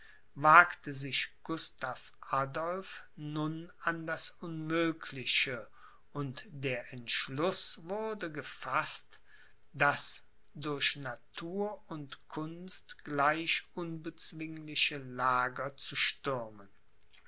wagte sich gustav adolph nun an das unmögliche und der entschluß wurde gefaßt das durch natur und kunst gleich unbezwingliche lager zu stürmen